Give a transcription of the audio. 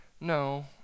No